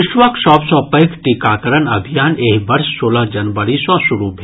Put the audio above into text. विश्वक सभ सँ पैघ टीकाकरण अभियान एहि वर्ष सोलह जनवरी सँ शुरू भेल